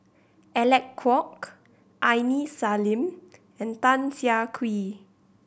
Alec Kuok Aini Salim and Tan Siah Kwee